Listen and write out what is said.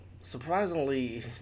surprisingly